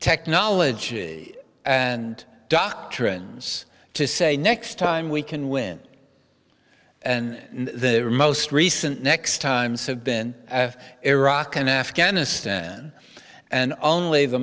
technology and doctrines to say next time we can win and the most recent next times have been iraq and afghanistan and only the